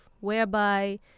whereby